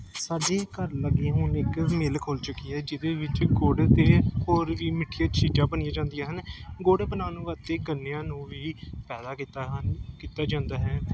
ਸਾਡੇ ਘਰ ਲਾਗੇ ਹੁਣ ਇਕ ਮਿੱਲ ਖੁੱਲ੍ਹ ਚੁੱਕੀ ਹੈ ਜਿਹਦੇ ਵਿੱਚ ਗੁੜ ਅਤੇ ਹੋਰ ਵੀ ਮਿੱਠੀਆ ਚੀਜ਼ਾਂ ਬਣਾਇਆ ਜਾਂਦੀਆਂ ਹਨ ਗੁੜ ਬਣਾਉਣ ਵਾਸਤੇ ਗੰਨਿਆਂ ਨੂੰ ਵੀ ਪੈਦਾ ਕੀਤਾ ਹਨ ਕੀਤਾ ਜਾਂਦਾ ਹੈ